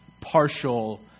partial